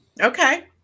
okay